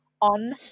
on